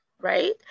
right